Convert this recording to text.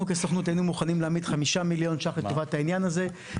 אנחנו כסוכנות היינו מוכנים להעמיד 5 מיליון שקל לטובת העניין הזה.